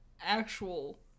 actual